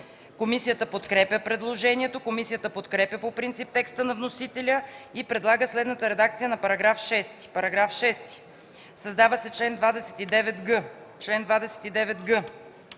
Комисията подкрепя предложението. Комисията подкрепя по принцип текста на вносителя и предлага следната редакция за § 6: „§ 6. Създава се чл. 29г: